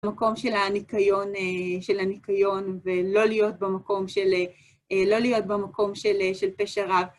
במקום של הניקיון ולא להיות במקום של פשר ה...